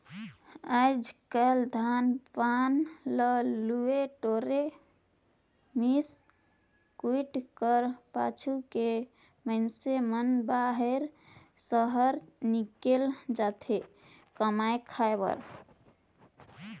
आएज काएल धान पान ल लुए टोरे, मिस कुइट कर पाछू के मइनसे मन बाहिर सहर हिकेल जाथे कमाए खाए बर